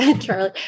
charlie